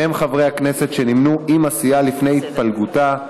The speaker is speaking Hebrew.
שהם חברי הכנסת שנמנו עם הסיעה לפני התפלגותה,